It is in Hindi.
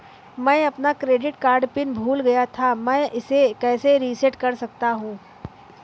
मैं अपना क्रेडिट कार्ड पिन भूल गया था मैं इसे कैसे रीसेट कर सकता हूँ?